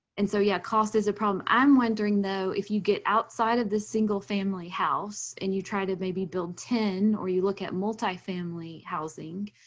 and so yeah cost cost is a problem. i'm wondering, though, if you get outside of the single family house, and you try to maybe build ten, or you look at multi-family housing,